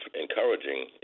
encouraging